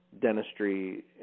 dentistry